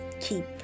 keep